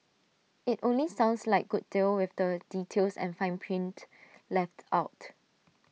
IT only sounds like good deal with the details and fine print left out